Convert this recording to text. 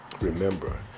remember